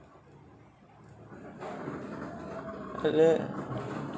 ah